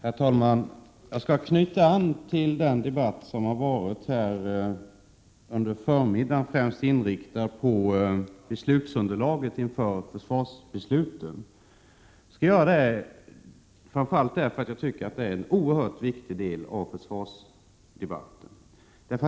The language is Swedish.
Herr talman! Jag skall, främst med inriktning på beslutsunderlaget inför försvarsbesluten, knyta an till den debatt som förevarit under förmiddagen. Jag gör det framför allt därför att jag tycker att det är gäller en så oerhört viktig fråga för försvaret.